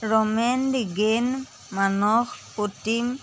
Ramen Digen Manas Pratim